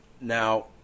Now